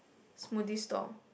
smoothie store